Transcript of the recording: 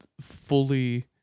fully